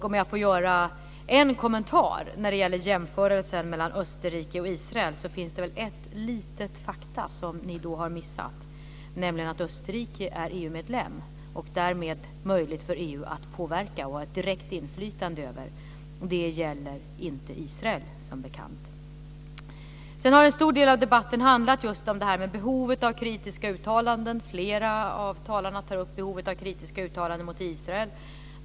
Om jag får göra en kommentar när det gäller jämförelsen mellan Österrike och Israel så finns det väl ett litet faktum som ni har missat, nämligen att Österrike är EU-medlem, och därmed är det möjligt för EU att påverka och ha ett direkt inflytande över Österrike. Det gäller inte Israel som bekant. Sedan har en stor del av debatten handlat just om behovet av kritiska uttalanden. Flera av talarna tar upp behovet av kritiska uttalanden mot Israel.